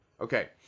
Okay